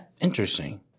Interesting